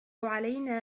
علينا